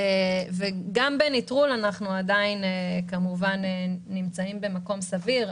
גם בנטרול ההייטק אנחנו עדיין כמובן נמצאים במקום סביר,